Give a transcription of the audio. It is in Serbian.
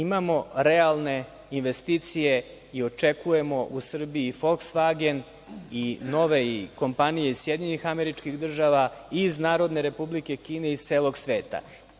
Imamo realne investicije i očekujemo u Srbiji i Folksvagen i nove kompanije iz SAD, iz Narodne Republike Kine i iz celog sveta.